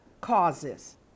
causes